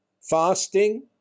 fasting